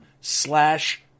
slash